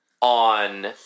on